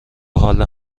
حال